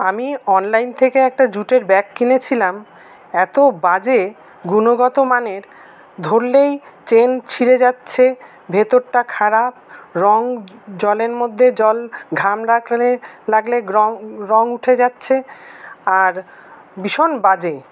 আমি অনলাইন থেকে একটা জুটের ব্যাগ কিনেছিলাম এতো বাজে গুণগত মানের ধরলেই চেন ছিঁড়ে যাচ্ছে ভেতরটা খারাপ রঙ জলের মধ্যে জল ঘাম লাগলে লাগলে রঙ রঙ উঠে যাচ্ছে আর ভীষণ বাজে